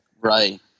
Right